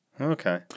Okay